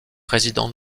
président